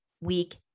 week